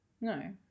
No